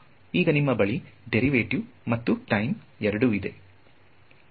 ಈಗ ನಿಮ್ಮ ಬಳಿ ಡೇರಿವೆಟಿವ್ ಮತ್ತು ಟೈಮ್ ಎರಡು ಇದೆ